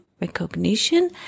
recognition